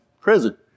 prison